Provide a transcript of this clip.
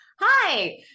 hi